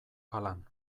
palan